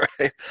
right